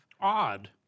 Odd